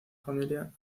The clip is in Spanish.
familia